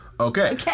Okay